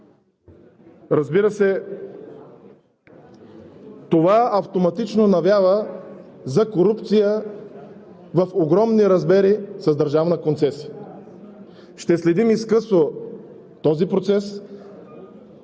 Разбира се, това автоматично навява за корупция в огромни размери с държавна концесия. Ще следим изкъсо този процес.